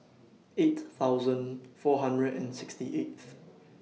eight thousand four hundred and sixty eighth